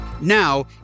now